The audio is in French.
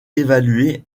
évalués